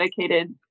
dedicated